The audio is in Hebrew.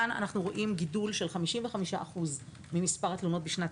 כאן אנחנו רואים גידול של 55% ממספר התלונות בשנת